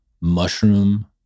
mushroom